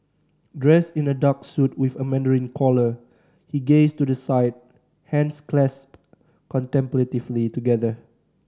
dressed in a dark suit with a mandarin collar he gazed to the side hands clasped contemplatively together